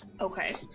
Okay